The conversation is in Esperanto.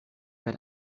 per